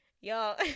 y'all